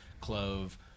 clove